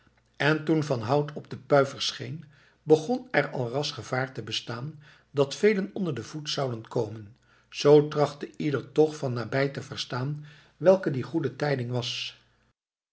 en toen van hout op de pui verscheen begon er al ras gevaar te bestaan dat velen onder den voet zouden komen zoo trachtte ieder toch van nabij te verstaan welke die goede tijding was